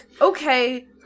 okay